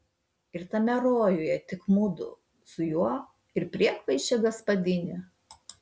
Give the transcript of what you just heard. ir tame rojuje tik mudu su juo ir priekvaišė gaspadinė